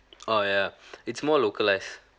oh ya it's more localised